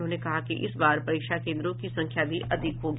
उन्होंने कहा कि इस बार परीक्षा केन्द्रों की संख्या भी अधिक होगी